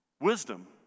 Wisdom